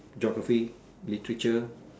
geography literature